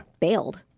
bailed